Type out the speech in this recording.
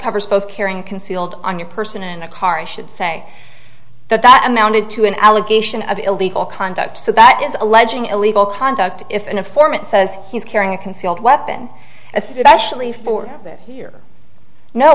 covers both carrying concealed on your person in a car i should say that that amounted to an allegation of illegal conduct so that is alleging illegal conduct if an informant says he's carrying a concealed weapon a session before that here